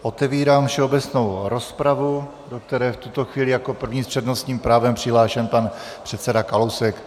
Otevírám všeobecnou rozpravu, do které v tuto chvíli jako první s přednostním právem je přihlášen pan předseda Kalousek.